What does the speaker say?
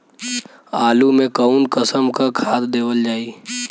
आलू मे कऊन कसमक खाद देवल जाई?